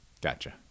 Gotcha